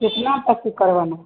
कितना तक के करवाना है